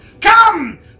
come